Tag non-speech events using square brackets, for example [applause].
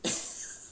[laughs]